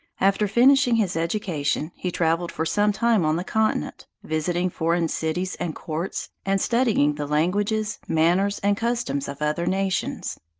after finishing his education, he traveled for some time on the continent, visiting foreign cities and courts, and studying the languages, manners, and customs of other nations.